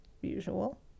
usual